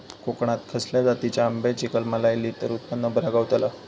कोकणात खसल्या जातीच्या आंब्याची कलमा लायली तर उत्पन बरा गावताला?